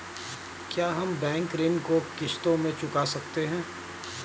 क्या हम बैंक ऋण को किश्तों में चुका सकते हैं?